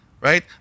right